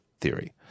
theory